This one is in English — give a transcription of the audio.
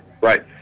right